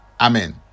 Amen